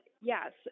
yes